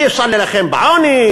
אי-אפשר להילחם בעוני,